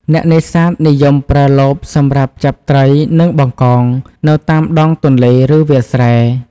អ្នកនេសាទនិយមប្រើលបសម្រាប់ចាប់ត្រីនិងបង្កងនៅតាមដងទន្លេឬវាលស្រែ។